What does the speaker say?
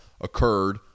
occurred